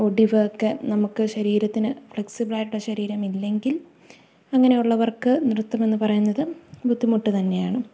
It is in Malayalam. ഒടിവൊക്കെ നമുക്ക് ശരീരത്തിന് ഫ്ലെക്സിബിളായിട്ടുള്ള ശരീരം ഇല്ലെങ്കിൽ അങ്ങനെയുള്ളവർക്കു നൃത്തം എന്നു പറയുന്നതു ബുദ്ധിമുട്ടു തന്നെയാണ്